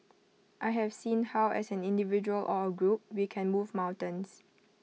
I have seen how as an individual or A group we can move mountains